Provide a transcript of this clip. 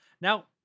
now